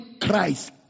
Christ